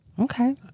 Okay